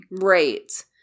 right